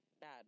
bad